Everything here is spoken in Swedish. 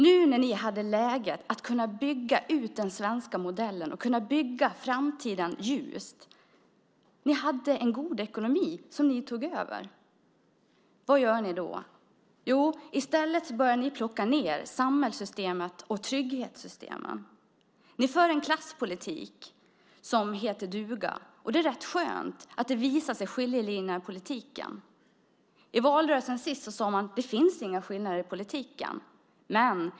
Ni hade nu ett läge att kunna bygga ut den svenska modellen och bygga framtiden ljust. Ni hade en god ekonomi som ni tog över. Vad gör ni? Ni börjar plocka ned samhällssystemet och trygghetssystemen. Ni för en klasspolitik som heter duga. Det är skönt att skiljelinjerna i politiken visar sig. I valrörelsen sade man att det inte finns några skillnader i politiken.